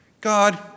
God